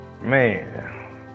man